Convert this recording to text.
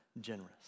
generous